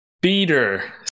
beater